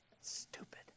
Stupid